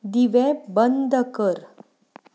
दिवे बंद कर